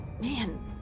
Man